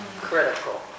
critical